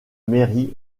mairie